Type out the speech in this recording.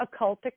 occultic